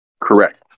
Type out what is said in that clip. Correct